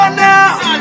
now